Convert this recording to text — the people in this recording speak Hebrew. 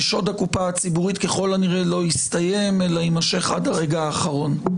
ושוד הקופה הציבורית ככל הנראה לא הסתיים אלא יימשך עד הרגע האחרון.